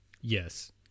Yes